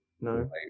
No